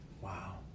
Wow